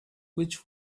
which